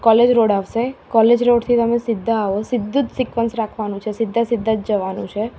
college road આવશે college રોડથી તમે સીધા આવો સીધું જ સિક્વન્સ રાખવાનું છે સીધા સીધા જ જવાનું છે